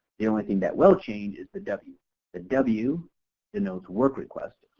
the only thing that will change is the w the w in those work requests.